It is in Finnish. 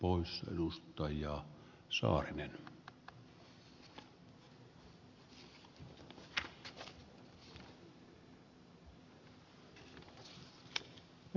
oys r us to ja herra puhemies